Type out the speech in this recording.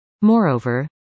Moreover